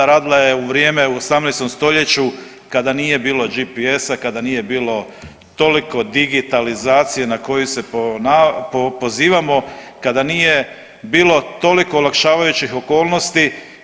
Radila je u vrijeme u 18. stoljeću kada nije bilo GPS-a, kada nije bilo toliko digitalizacije na koju se pozivamo, kada nije bilo toliko olakšavajućih okolnosti.